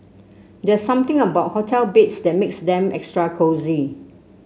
there something about hotel beds that makes them extra cosy